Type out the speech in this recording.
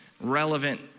relevant